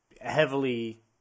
heavily